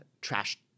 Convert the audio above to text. trash